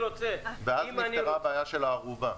ואז נפתרה הבעיה של הערובה.